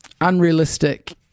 unrealistic